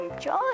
joy